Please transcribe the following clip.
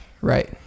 right